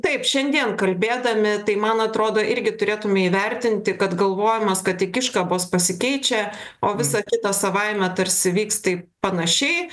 taip šiandien kalbėdami tai man atrodo irgi turėtume įvertinti kad galvojimas kad tik iškabos pasikeičia o visa kita savaime tarsi vyks taip panašiai